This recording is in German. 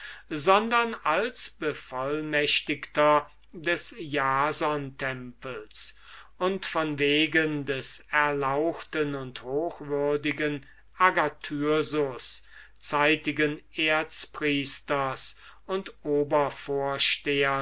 sondern als bevollmächtigter des jasontempels und von wegen des erlauchten und sehr ehrwürdigen agathyrsus zeitigen erzpriesters und